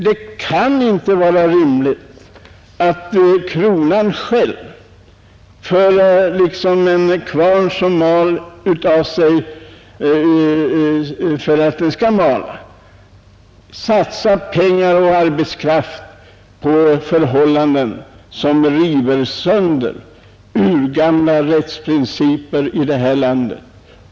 Det kan inte vara rimligt att kronan själv, liksom en kvarn som mal för att den skall mala, river sönder urgamla rättsprinciper i vårt land.